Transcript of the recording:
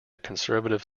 conservative